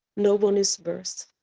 no one is worse.